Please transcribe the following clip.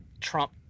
trump